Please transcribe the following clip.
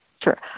Sure